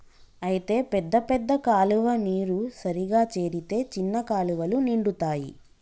అయితే పెద్ద పెద్ద కాలువ నీరు సరిగా చేరితే చిన్న కాలువలు నిండుతాయి